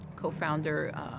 Co-founder